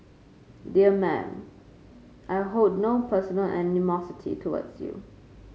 dear Madam I hold no personal animosity towards you